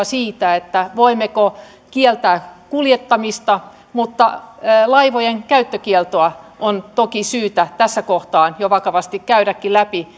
siitä voimmeko kieltää kuljettamista mutta laivojen käyttökieltoa on toki syytä tässä kohtaa jo vakavasti käydäkin läpi